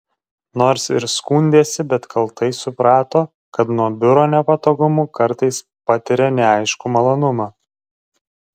nors ir skundėsi bet kaltai suprato kad nuo biuro nepatogumų kartais patiria neaiškų malonumą